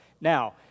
Now